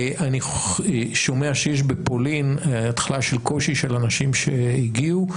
אני שומע שיש בפולין התחלה של קושי של אנשים שהגיעו,